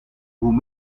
hoe